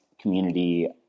community